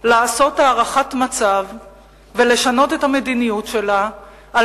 לעשות הערכת מצב ולשנות את המדיניות שלה על